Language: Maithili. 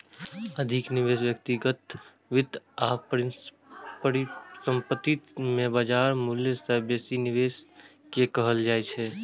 अधिक निवेश व्यक्तिगत वित्त आ परिसंपत्ति मे बाजार मूल्य सं बेसी निवेश कें कहल जाइ छै